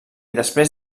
després